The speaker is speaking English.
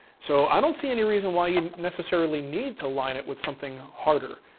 so i don't see any reason why you necessarily need to line it with something harder.